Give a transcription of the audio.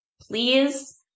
please